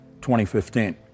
2015